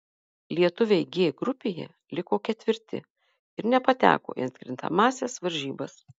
lietuviai g grupėje liko ketvirti ir nepateko į atkrintamąsias varžybas